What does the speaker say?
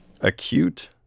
Acute